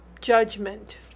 Judgment